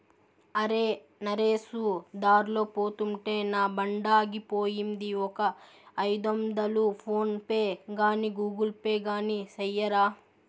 అరే, నరేసు దార్లో పోతుంటే నా బండాగిపోయింది, ఒక ఐదొందలు ఫోన్ పే గాని గూగుల్ పే గాని సెయ్యరా